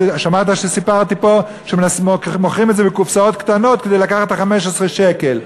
שמעת שסיפרתי פה שמוכרים את זה בקופסאות קטנות כדי לקחת את 15 השקל,